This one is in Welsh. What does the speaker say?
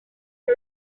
roi